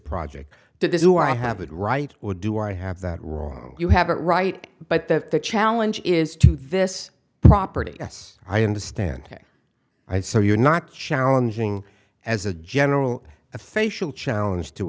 project did this who i have it right or do i have that wrong you have it right but the challenge is to this property yes i understand i so you're not challenging as a general a facial challenge to